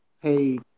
Hey